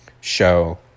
show